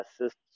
assist